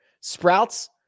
Sprouts